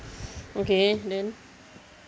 okay then